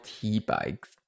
T-bikes